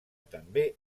també